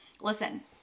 Listen